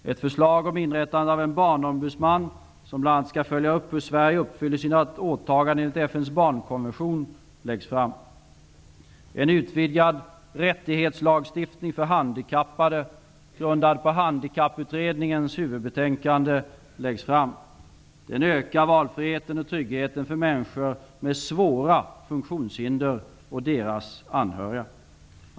Ett förslag om inrättande av en barnombudsman som bl.a. skall följa upp hur Sverige uppfyller sitt åtagande enligt FN:s barnkonvention föreläggs riksdagen. En utvidgad rättighetslagstiftning för handikappade, grundad på handikapputredningens huvudbetänkande, föreläggs riksdagen. Syftet är att öka valfriheten och tryggheten för människor med svåra funktionshinder och för deras anhöriga.